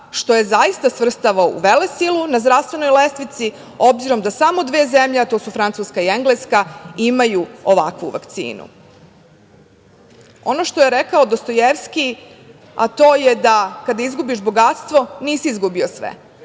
što je zaista svrstava u vele silu na zdravstvenoj lestvici, obzirom da samo dve zemlje, a to su Francuska i Engleska imaju ovakvu vakcinu. Ono što je rekao Dostojevski, a to je "Kada izgubiš bogatstvo nisi izgubio sve,